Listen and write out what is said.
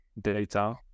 data